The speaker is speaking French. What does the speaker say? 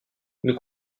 nous